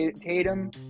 Tatum